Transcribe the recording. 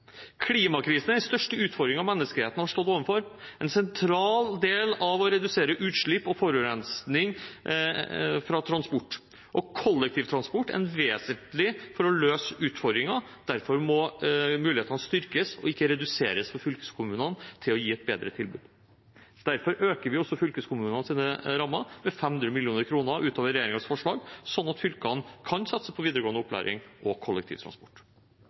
Klimakrisen er den største utfordringen menneskeheten har stått overfor. En sentral del av løsningen er å redusere utslipp og forurensning fra transport. Kollektivtransport er vesentlig for å løse utfordringen, derfor må fylkeskommunenes muligheter til å gi et bedre tilbud styrkes og ikke reduseres. Derfor øker vi også fylkeskommunenes rammer med 500 mill. kr utover regjeringens forslag, slik at fylkene kan satse på videregående opplæring og kollektivtransport.